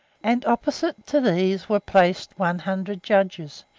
and opposite to these were placed one hundred judges,